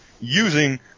using